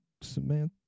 Samantha